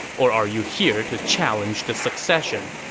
or are you here to challenge the succession?